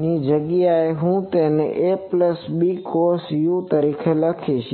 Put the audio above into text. ની જગ્યાએ છે હું તેને a b cos તરીકે લખીશ